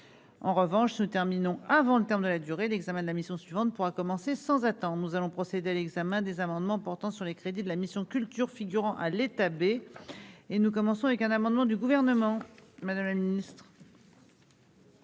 en revanche se terminons avant le terme de la durée d'examen de la mission suivante pourra commencer sans attends, nous allons procéder à l'examen des amendements portant sur les crédits de la mission Culture figurant à l'état B et nous commençons avec un amendement du gouvernement,